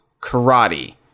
karate